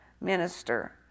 minister